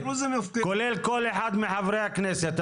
כולל כל אחד מחברי הכנסת.